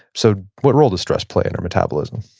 so what role does stress play in our metabolism?